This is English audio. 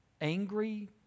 angry